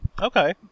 Okay